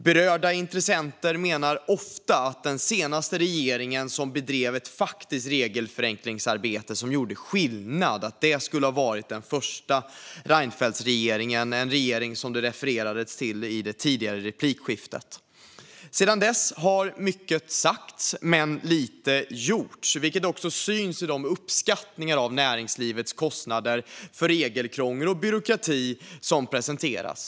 Berörda intressenter menar ofta att den senaste regering som bedrev ett faktiskt regelförenklingsarbete som gjorde skillnad skulle ha varit den första Reinfeldtregeringen - en regering som det refererades till i det tidigare replikskiftet. Sedan dess har mycket sagts men lite gjorts, vilket också syns i de uppskattningar av näringslivets kostnader för regelkrångel och byråkrati som presenterats.